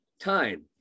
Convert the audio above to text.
time